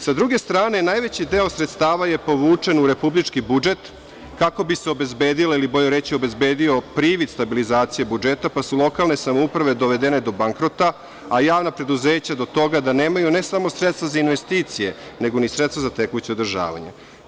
Sa druge strane, najveći deo sredstava je povučen u republički budžet kako bi se obezbedio privid stabilizacije budžeta, pa su lokalne samouprave dovedene do bankrota, a javna preduzeća do toga da nemaju ne samo sredstva za investicije, nego ni sredstva za tekuće održavanje.